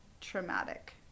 traumatic